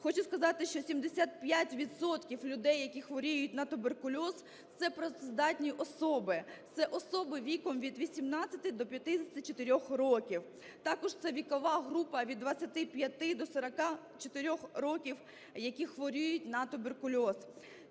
Хочу сказати, що 75 відсотків людей, які хворіють на туберкульоз, – це працездатні особи, це особи віком від 18 до 54 років. Також це вікова група від 25 до 44 років, які хворіють на туберкульоз.